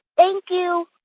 thank you.